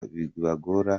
bibagora